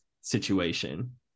situation